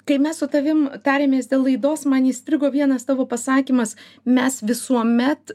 kai mes su tavim tarėmės dėl laidos man įstrigo vienas tavo pasakymas mes visuomet